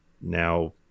now